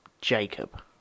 Jacob